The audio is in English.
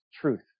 truth